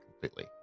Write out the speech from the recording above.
completely